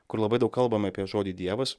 kur labai daug kalbama apie žodį dievas